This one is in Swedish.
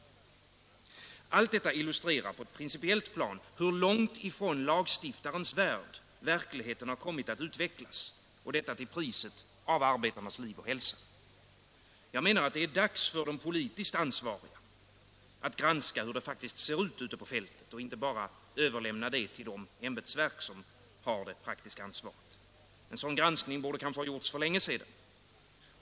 vissa fall Allt detta illustrerar på ett principiellt plan hur långt från lagstiftarens värld verkligheten kommit att utvecklas — och detta till priset av arbetarnas liv och hälsa. Jag menar att det är dags för de politiskt ansvariga att granska hur det faktiskt ser ut ute på fältet och inte bara överlämna det till de ämbetsverk som har det praktiska ansvaret. En sådan granskning borde kanske ha gjorts för länge sedan.